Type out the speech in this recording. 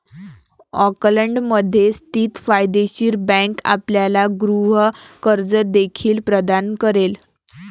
ऑकलंडमध्ये स्थित फायदेशीर बँक आपल्याला गृह कर्ज देखील प्रदान करेल